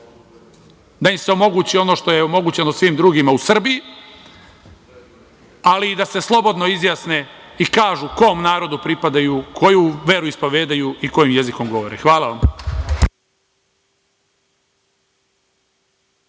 da im se omogući ono što je omogućeno svim drugima u Srbiji, ali i da se slobodno izjasne i kažu kom narodu pripadaju, koju veru ispovedaju i kojim jezikom govore. Hvala vam.